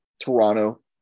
Toronto